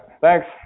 Thanks